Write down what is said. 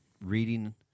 reading